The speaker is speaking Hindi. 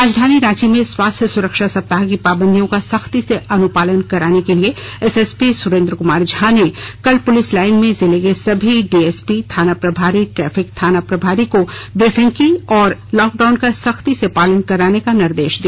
राजधानी रांची में स्वास्थ्य सुरक्षा सप्ताह की पाबंदियों का सख्ती से अनुपालन कराने के लिए एसएसपी सुरेंद्र कुमार झा ने कल पुलिस लाइन में जिले के सभी डीएसपी थाना प्रभारी ट्रैफिक थाना प्रभारी को ब्रिफिंग की और लॉकडाउन का सख्ती से पालन कराने का निर्देश दिया